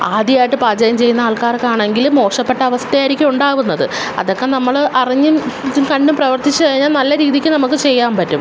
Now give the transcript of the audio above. ആദ്യായിട്ട് പാചകം ചെയ്യുന്ന ആൾക്കാർക്കാണെങ്കിലും മോശപ്പെട്ട അവസ്ഥയായിരിക്കും ഉണ്ടാവുന്നത് അതൊക്കെ നമ്മള് അറിഞ്ഞും കണ്ടും പ്രവർത്തിച്ചു കഴിഞ്ഞാൽ നല്ല രീതിക്ക് നമുക്ക് ചെയ്യാൻ പറ്റും